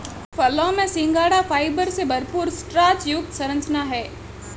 फलों में सिंघाड़ा फाइबर से भरपूर स्टार्च युक्त संरचना है